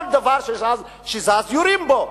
כל דבר שזז, יורים בו.